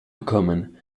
gekommen